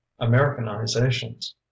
Americanizations